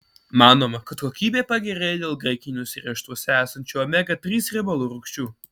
manoma kad kokybė pagerėja dėl graikiniuose riešutuose esančių omega trys riebalų rūgščių